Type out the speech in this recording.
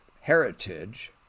heritage